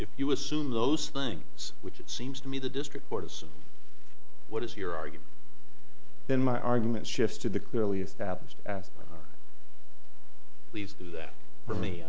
if you assume those things which it seems to me the district court is what is your argument then my argument shifts to the clearly established at least do that for me